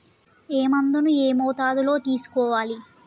ఏ మందును ఏ మోతాదులో తీసుకోవాలి?